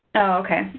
okay.